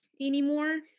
anymore